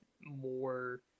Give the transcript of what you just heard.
more